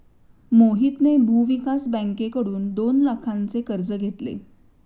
मोहितने भूविकास बँकेकडून दोन लाखांचे कर्ज घेतले